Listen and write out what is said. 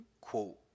quote